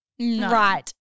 right